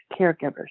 caregivers